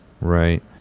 Right